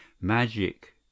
Magic